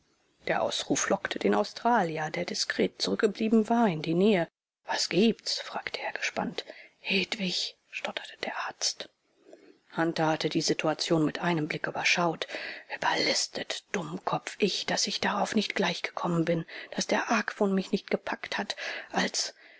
der ausruf lockte den australier der diskret zurückgeblieben war in die nähe was gibt's fragte er gespannt hedwig stotterte der arzt hunter hatte die situation mit einem blick überschaut überlistet dummkopf ich daß ich darauf nicht gleich gekommen bin daß der argwohn mich nicht gepackt hat als